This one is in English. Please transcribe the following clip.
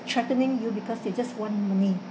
threatening you because they just want money